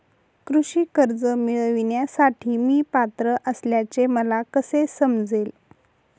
कृषी कर्ज मिळविण्यासाठी मी पात्र असल्याचे मला कसे समजेल?